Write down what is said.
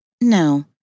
No